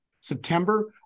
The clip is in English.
September